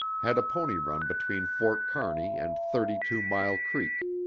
had a pony run between fort kearney and thirty-two-mile creek.